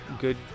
good